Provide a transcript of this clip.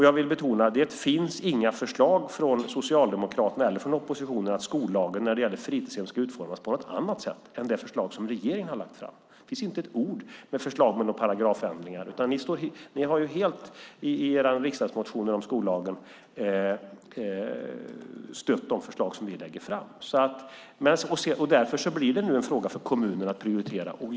Jag vill betona att det inte finns några förslag från Socialdemokraterna eller från oppositionen om att skollagen när det gäller fritidshem ska utformas på något annat sätt än i det förslag som regeringen har lagt fram. Det finns inte ett ord i något förslag om paragrafändringar, utan i era riksdagsmotioner om skollagen har ni helt stött de förslag som vi lägger fram. Därför blir det nu en fråga för kommunerna att prioritera.